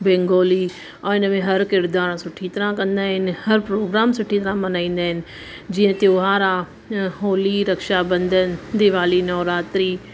Bengali ऐं हिनमें हर क़िरदारु सुठी तरह कंदा आहिनि हर प्रोग्राम सुठी तरह मल्हाईंदा आहिनि जीअं त्योहारु आहे होली रक्षाबंधन दीवाली नवरात्री